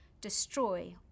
destroy